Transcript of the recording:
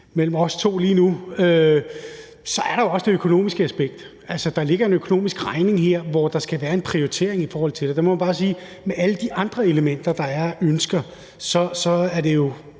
mellem os to, jo så også er det økonomiske aspekt. Altså, der ligger her en økonomisk regning, hvor der skal være en prioritering i forhold til det, og der må man bare sige, at det sammen med alle de andre elementer og ønsker, der er,